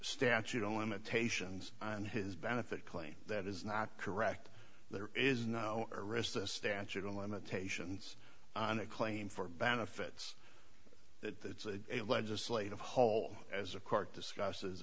statute of limitations on his benefit claim that is not correct there is no aristos statute of limitations on a claim for benefits that a legislative whole as a court discus